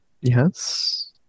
Yes